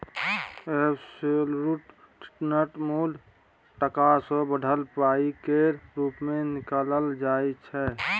absolute return मुल टका सँ बढ़ल पाइ केर रुप मे निकालल जाइ छै